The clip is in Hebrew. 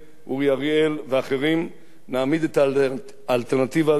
אורי אריאל ואחרים, נעמיד את האלטרנטיבה השלטונית.